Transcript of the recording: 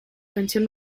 canción